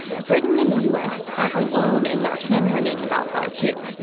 britain and the u s. aren't alone in their hand-wringing about five g.